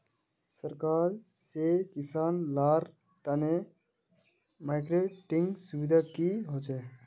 सरकार से किसान लार तने मार्केटिंग सुविधा की होचे?